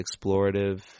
explorative